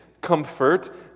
comfort